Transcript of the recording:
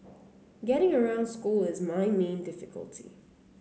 getting around school is my main difficulty